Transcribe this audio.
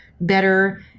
better